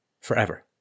forever